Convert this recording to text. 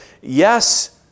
yes